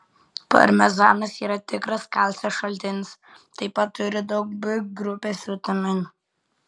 parmezanas yra tikras kalcio šaltinis taip pat turi daug b grupės vitaminų